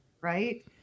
Right